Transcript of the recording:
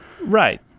Right